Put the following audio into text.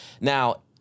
Now